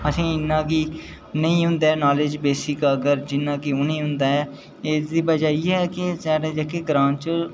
असेंगी इन्ना की नेईं होंदा ऐ नॉलेज एह्दे बेसिक कि अगर जिन्ना की उ'नेंगी होंदा ऐ इसदी बजह इ'यै की साढ़े जेह्ड़े ग्रांऽ च